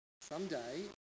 someday